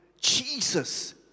Jesus